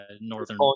Northern